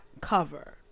cover